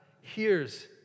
hears